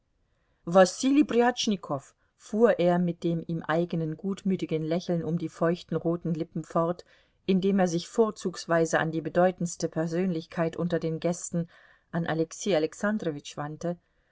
wasili prjatschnikow fuhr er mit dem ihm eigenen gutmütigen lächeln um die feuchten roten lippen fort indem er sich vorzugsweise an die bedeutendste persönlichkeit unter den gästen an alexei alexandrowitsch wandte